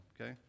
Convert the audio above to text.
okay